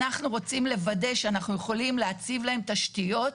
אנחנו רוצים לוודא שאנחנו יכולים להציב להם תשתיות.